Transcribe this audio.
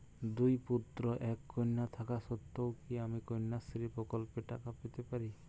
দুই পুত্র এক কন্যা থাকা সত্ত্বেও কি আমি কন্যাশ্রী প্রকল্পে টাকা পেতে পারি?